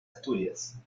asturias